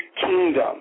kingdom